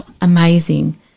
amazing